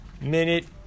minute